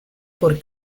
por